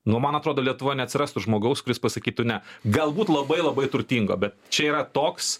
nu man atrodo lietuvoj neatsirastų žmogaus kuris pasakytų ne galbūt labai labai turtingo bet čia yra toks